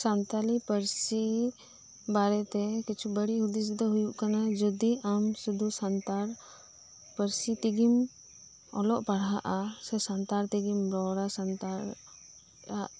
ᱥᱟᱱᱛᱟᱞᱤ ᱯᱟᱹᱨᱥᱤ ᱠᱤᱪᱷᱩ ᱵᱟᱹᱲᱤᱡ ᱦᱩᱫᱤᱥ ᱫᱚ ᱦᱩᱭᱩᱜ ᱠᱟᱱᱟ ᱡᱚᱫᱤ ᱟᱢ ᱥᱩᱫᱷᱩ ᱥᱟᱱᱛᱟᱲ ᱯᱟᱹᱨᱥᱤ ᱛᱮᱜᱤᱢ ᱚᱞᱚᱜ ᱯᱟᱲᱦᱟᱜ ᱟ ᱥᱮ ᱥᱟᱱᱛᱟᱲ ᱛᱮᱜᱤᱢ ᱨᱚᱲᱟ ᱥᱟᱱᱛᱟᱲ ᱨᱮᱭᱟᱜ